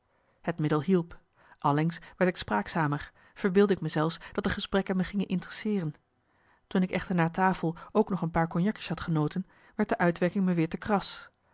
het middel hielp allengs werd ik spraakzamer verbeeldde ik me zelfs dat de gesprekken me gingen interesseeren toen ik echter na tafel ook nog een paar cognacjes had genoten werd de uitwerking me weer te kras